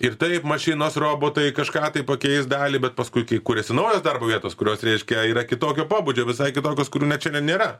ir taip mašinos robotai kažką tai pakeis dalį bet paskui kai kuriasi naujos darbo vietos kurios reiškia yra kitokio pobūdžio visai kitokios kurių net šiandien nėra